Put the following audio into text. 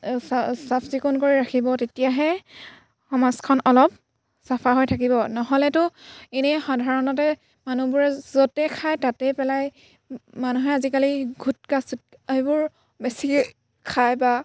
চা চাফ চিকুণ কৰি ৰাখিব তেতিয়াহে সমাজখন অলপ চাফা হৈ থাকিব নহ'লেতো এনেই সাধাৰণতে মানুহবোৰে য'তে খায় তাতেই পেলায় মানুহে আজিকালি গুটখা চুট এইবোৰ বেছি খায় বা